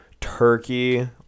turkey